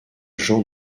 jean